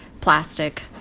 plastic